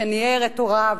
שניער את הוריו